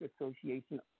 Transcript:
association